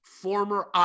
former